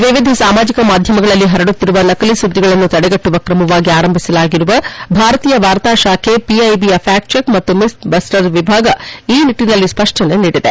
ವಿವಿಧ ಸಾಮಾಜಿಕ ಮಾಧ್ಯಮಗಳಲ್ಲಿ ಹರಡುತ್ತಿರುವ ನಕಲಿ ಸುದ್ದಿಗಳನ್ನು ತಡೆಗಟ್ಟುವ ಕ್ರಮವಾಗಿ ಆರಂಭಿಸಲಾಗಿರುವ ಭಾರತೀಯ ವಾರ್ತಾ ಶಾಖೆ ವಿಐಬಿಯ ಫ್ಯಾಕ್ಟ್ ಚೆಕ್ ಹಾಗೂ ಮಿತ್ ಬಸ್ಟರ್ಸ್ ವಿಭಾಗ ಈ ನಿಟ್ಟಿನಲ್ಲಿ ಸ್ಪಷ್ಟನೆ ನೀಡಿದೆ